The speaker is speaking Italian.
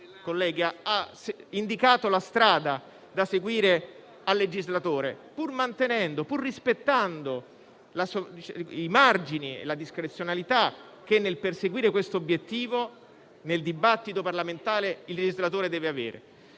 ha indicato la strada da seguire al legislatore, pur rispettando i margini e la discrezionalità che, nel perseguire questo obiettivo, nel dibattito parlamentare il legislatore deve avere.